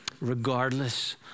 regardless